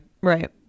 Right